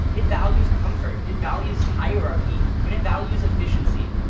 it values comfort. it values hierarchy, and it values efficiency.